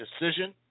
decision